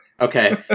Okay